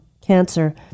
cancer